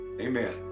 Amen